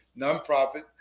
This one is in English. nonprofit